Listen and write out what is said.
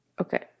Okay